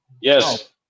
Yes